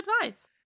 advice